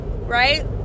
right